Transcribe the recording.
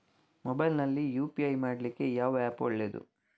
Mobile ನಲ್ಲಿ UPI ಮಾಡ್ಲಿಕ್ಕೆ ಯಾವ ಆ್ಯಪ್ ಒಳ್ಳೇದು?